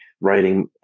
writing